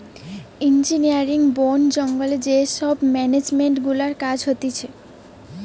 engineering, বোন জঙ্গলে যে সব মেনেজমেন্ট গুলার কাজ হতিছে